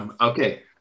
okay